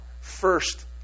first